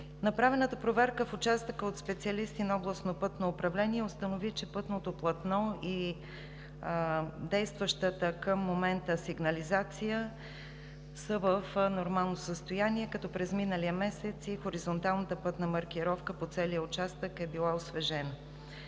Направената проверка от специалисти на областно пътно управление в участъка установи, че пътното платно и действащата към момента сигнализация са в нормално състояние, като през миналия месец и хоризонталната пътна маркировка по целия участък е била освежена.